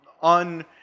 on